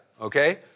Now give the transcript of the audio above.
okay